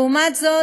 לעומת זאת,